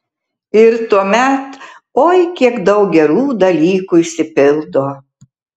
ir tuomet oi kiek daug gerų dalykų išsipildo